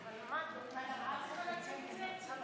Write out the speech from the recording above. חוק